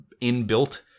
inbuilt